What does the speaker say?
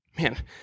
Man